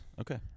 Okay